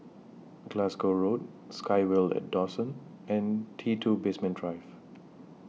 Glasgow Road SkyVille At Dawson and T two Basement Drive